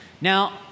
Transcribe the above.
Now